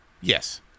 yes